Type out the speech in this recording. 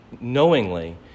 knowingly